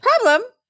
Problem